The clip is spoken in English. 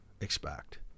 expect